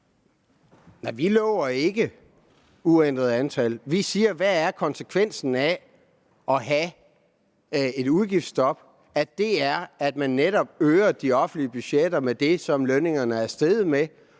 der skal være et uændret antal. Vi siger, at konsekvensen af at have et udgiftsstop er, at man netop øger de offentlige budgetter med det, som lønningerne er steget med,